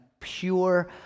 pure